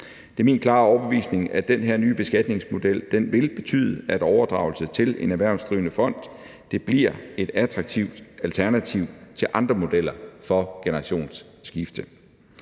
Det er min klare overbevisning, at den her nye beskatningsmodel vil betyde, at overdragelse til en erhvervsdrivende fond bliver et attraktivt alternativ til andre modeller for generationsskifte.